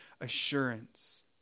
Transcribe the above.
assurance